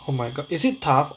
oh my god is it tough